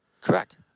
Correct